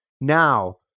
Now